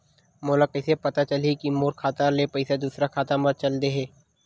मोला कइसे पता चलही कि मोर खाता ले पईसा दूसरा खाता मा चल देहे?